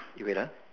you wait ah